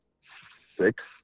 six